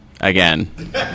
again